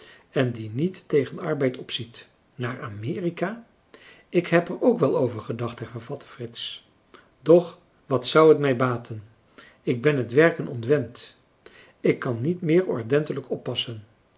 en die niet tegen arbeid opziet naar amerika ik heb er ook wel over gedacht hervatte frits doch wat zou het mij baten ik ben het werken ontwend ik kan niet meer ordentelijk oppassen